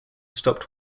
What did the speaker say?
stopped